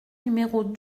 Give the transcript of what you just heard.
numéros